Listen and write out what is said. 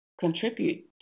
contribute